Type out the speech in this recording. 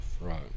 Right